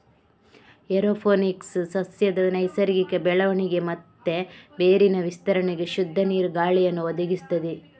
aeroponics ಸಸ್ಯದ ನೈಸರ್ಗಿಕ ಬೆಳವಣಿಗೆ ಮತ್ತೆ ಬೇರಿನ ವಿಸ್ತರಣೆಗೆ ಶುದ್ಧ ನೀರು, ಗಾಳಿಯನ್ನ ಒದಗಿಸ್ತದೆ